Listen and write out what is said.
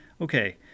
Okay